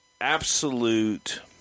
absolute